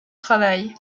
travail